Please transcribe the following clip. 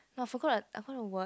no I forgot I forgot the word